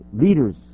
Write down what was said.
leaders